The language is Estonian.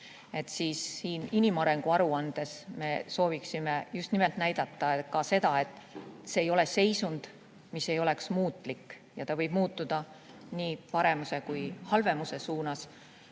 siin inimarengu aruandes me sooviksime just nimelt näidata ka seda, et see ei ole seisund, mis ei muutu. See võib muutuda nii paremuse kui halvemuse suunas.